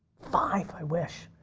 five, i wish.